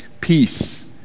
peace